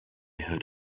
heard